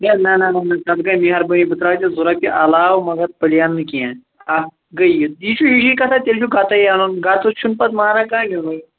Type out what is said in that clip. ہے نہَ نہَ نہَ تَتھ گٔے مٮ۪ہربأنی بہٕ ترٛاوَے ژےٚ زٕ رۄپیہِ علاوٕ مگر پلین نہٕ کیٚنٛہہ اکھ گٔے یِتہٕ یہِ چھُ ہِشی کتھاہ تیٚلہِ چھُ گتے آنُن گتہٕ چھُنہٕ پتہٕ مانان کانٛہہ نیٛوٗنُے